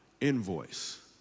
invoice